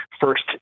first